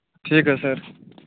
ٹھیٖک حظ سر